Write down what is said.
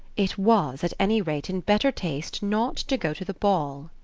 it was, at any rate, in better taste not to go to the ball,